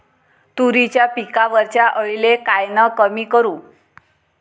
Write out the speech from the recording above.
तुरीच्या पिकावरच्या अळीले कायनं कमी करू?